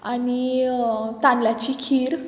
आनी तांदल्याची खीर